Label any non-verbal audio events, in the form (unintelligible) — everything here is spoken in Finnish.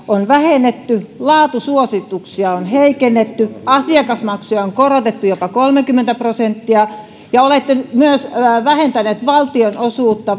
on vähennetty laatusuosituksia on heikennetty asiakasmaksuja on korotettu jopa kolmekymmentä prosenttia ja olette myös vähentäneet valtionosuutta (unintelligible)